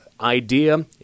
idea